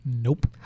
Nope